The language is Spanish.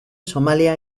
somalia